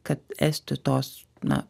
kad esti tos na